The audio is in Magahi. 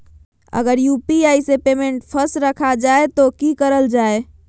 अगर यू.पी.आई से पेमेंट फस रखा जाए तो की करल जाए?